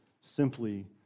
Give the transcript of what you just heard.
simply